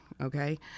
Okay